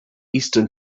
eastern